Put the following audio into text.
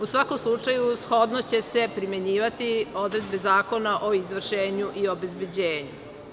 U svakom slučaju, shodno će se primenjivati odredbe Zakona o izvršenju i obezbeđenju.